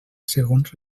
segons